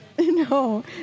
No